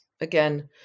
Again